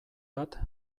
bat